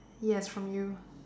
yes from you